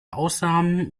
ausnahmen